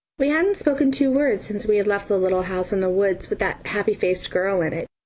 we hadn't spoken two words since we had left the little house in the woods with that happy-faced girl in it.